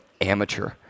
amateur